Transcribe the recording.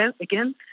again